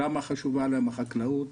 כמה חשובה להם החקלאות,